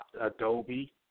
Adobe